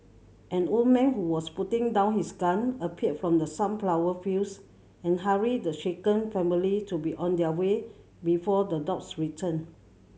an old man who was putting down his gun appeared from the sunflower fields and hurried the shaken family to be on their way before the dogs return